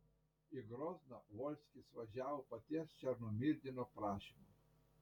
į grozną volskis važiavo paties černomyrdino prašymu